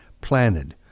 planted